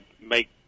make